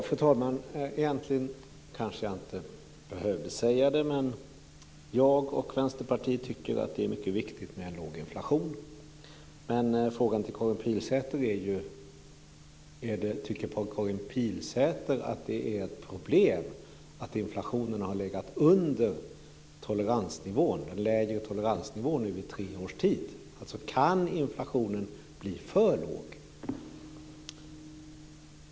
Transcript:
Fru talman! Egentligen kanske jag inte behöver säga det här, men jag och Vänsterpartiet tycker att det är mycket viktigt med en låg inflation. Men frågan till Karin Pilsäter är ju om hon tycker att det är ett problem att inflationen har legat under den lägre toleransnivån i tre års tid. Kan inflationen bli för låg?